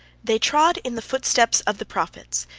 they trod in the footsteps of the prophets,